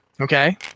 Okay